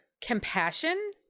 compassion